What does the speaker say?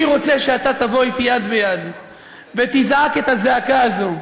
אני רוצה שאתה תבוא אתי יד ביד ותזעק את הזעקה הזאת.